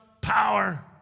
power